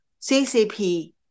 CCP